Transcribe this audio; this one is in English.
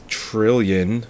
trillion